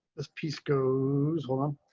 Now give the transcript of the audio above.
ah piece goes on.